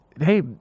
hey